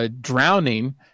Drowning